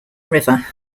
river